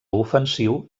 ofensiu